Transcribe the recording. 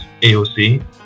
AOC